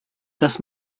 dass